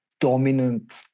dominant